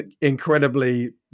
incredibly